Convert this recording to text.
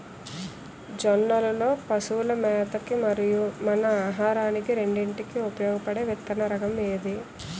జొన్నలు లో పశువుల మేత కి మరియు మన ఆహారానికి రెండింటికి ఉపయోగపడే విత్తన రకం ఏది?